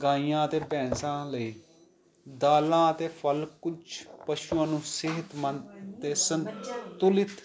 ਗਾਈਆਂ ਅਤੇ ਭੈਂਸਾਂ ਲਈ ਦਾਲਾਂ ਅਤੇ ਫਲ ਕੁਛ ਪਸ਼ੂਆਂ ਨੂੰ ਸਿਹਤਮੰਦ ਅਤੇ ਸੰਤੁਲਿਤ